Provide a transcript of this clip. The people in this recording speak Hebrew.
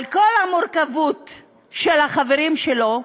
על כל המורכבות של החברים שלו,